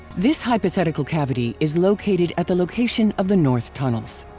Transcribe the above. this hypothetical cavity is located at the location of the north tunnels.